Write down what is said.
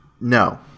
No